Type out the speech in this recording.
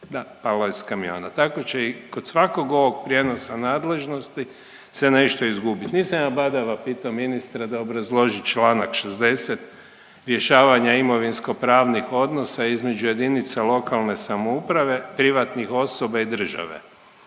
Da, palo je s kamiona. Tako će i kod svakog ovog prijenosa nadležnosti se nešto izgubiti, nisam ja badava pitao ministra da obrazloži čl. 60 rješavanja imovinskopravnih odnosa između jedinica lokalne samouprave, privatnih osobe i države.